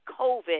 COVID